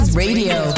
radio